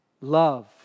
love